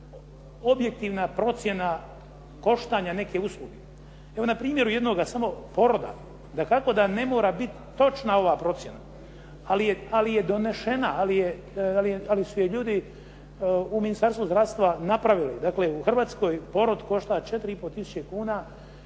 objektivna procjena koštanja neke usluge. Evo na primjeru jednoga poroda, dakako da ne mora bit točna ova procjena, ali je donesena, ali su je ljudi u Ministarstvu zdravstva napravili, dakle u Hrvatskoj porod košta 4 i pol tisuće kuna